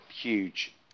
huge